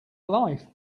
life